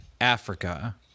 Africa